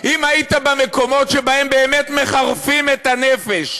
אם היית במקומות שבהם באמת מחרפים את הנפש,